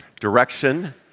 Direction